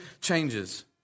changes